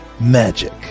Magic